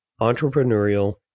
entrepreneurial